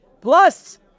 Plus